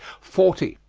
forty.